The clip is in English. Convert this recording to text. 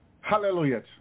Hallelujah